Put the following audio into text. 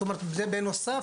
זאת אומרת זה בנוסף.